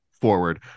forward